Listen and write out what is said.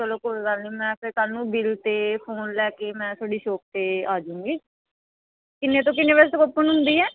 ਚਲੋ ਕੋਈ ਗੱਲ ਨਹੀਂ ਮੈਂ ਫਿਰ ਕੱਲ੍ਹ ਨੂੰ ਬਿੱਲ ਅਤੇ ਫੋਨ ਲੈ ਕੇ ਮੈਂ ਤੁਹਾਡੀ ਸ਼ੋਪ 'ਤੇ ਆ ਜਾਵਾਂਗੀ ਕਿੰਨੇ ਤੋਂ ਕਿੰਨੇ ਵਜੇ ਤੱਕ ਓਪਨ ਹੁੰਦੀ ਹੈ